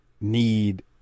need